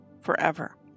forever